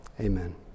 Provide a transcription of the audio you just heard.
amen